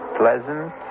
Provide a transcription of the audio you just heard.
pleasant